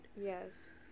Yes